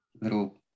little